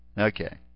Okay